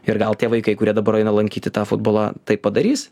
ir gal tie vaikai kurie dabar eina lankyti tą futbolą tai padarys